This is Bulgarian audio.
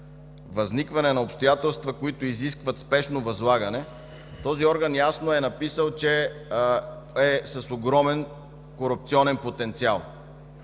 „Възникване на обстоятелства, които изискват спешно възлагане”, този орган ясно е написал, че това е с огромен корупционен потенциал.